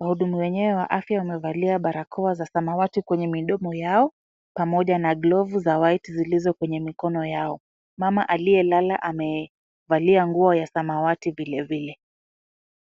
Wahudumu wenyewe wa afya wamevalia barakoa za samawati kwenye midomo yao, pamoja na glovu za white zilizo kwenye mikono yao. Mama aliyelala amevalia nguo ya samawati vilevile.